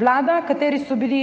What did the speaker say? Vlada, ki so ji bili